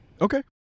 Okay